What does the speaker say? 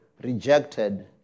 rejected